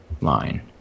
Line